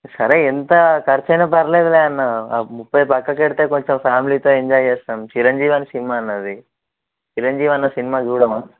సరే ఎంత ఖర్చు అయిన పర్లేదు అన్న ఆ ముప్పై పక్కకు పెడితే ఫ్యామిలీతో కొంచెం ఎంజాయ్ చేస్తాం చిరంజీవి అన్న సినిమా అన్న అది చిరంజీవి అన్న సినిమా చూడమా